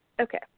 Okay